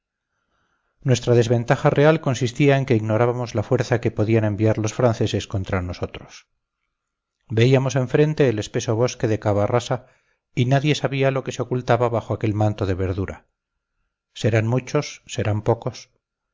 nuestra desventaja real consistía en que ignorábamos la fuerza que podían enviar los franceses contra nosotros veíamos enfrente el espeso bosque de cavarrasa y nadie sabía lo que se ocultaba bajo aquel manto de verdura serán muchos serán pocos